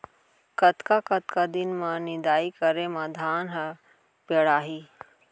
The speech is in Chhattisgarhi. कतका कतका दिन म निदाई करे म धान ह पेड़ाही?